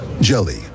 Jelly